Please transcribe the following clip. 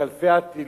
את אלפי הטילים,